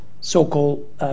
so-called